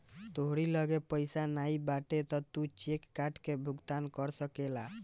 तोहरी लगे पइया नाइ बाटे तअ तू चेक काट के भुगतान कर सकेला